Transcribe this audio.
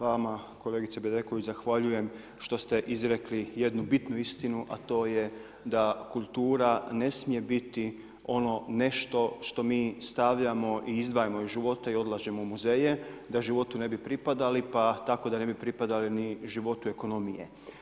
Vama kolegice Bedeković zahvaljujem što ste izrekli jednu bitnu istinu, a to je da kultura ne smije biti ono nešto što mi stavljamo i izdvajamo iz života i odlažemo u muzeje, da životu ne bi pripadali, pa tako da ne bi pripadali ni životu ekonomije.